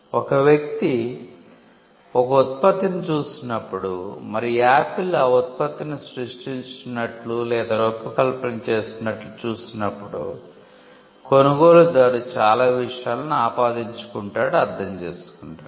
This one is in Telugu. ఒక వ్యక్తి ఒక ఉత్పత్తిని చూసినప్పుడు మరియు ఆపిల్ ఆ ఉత్పత్తిని సృష్టించినట్లు లేదా రూపకల్పన చేసినట్లు చూసినప్పుడు కొనుగోలుదారు చాలా విషయాలను ఆపాదించుకుంటాడు అర్ధం చేసుకుంటాడు